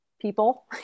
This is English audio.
people